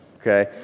okay